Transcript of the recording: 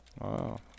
Wow